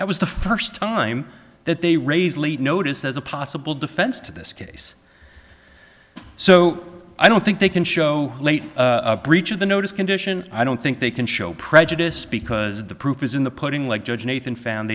that was the first time that they raise late notice as a possible defense to this case so i don't think they can show late a breach of the notice condition i don't think they can show prejudice because the proof is in the putting like judge nathan found